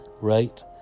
right